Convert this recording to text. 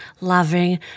loving